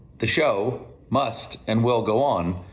the show must and will go on,